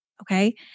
Okay